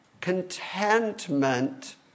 Contentment